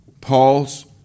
Paul's